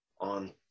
on